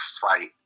fight